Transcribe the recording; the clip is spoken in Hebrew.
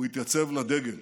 התייצב לדגל: